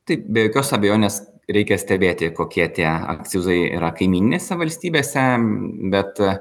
taip be jokios abejonės reikia stebėti kokie tie akcizai yra kaimyninėse valstybėse bet